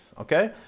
Okay